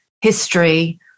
history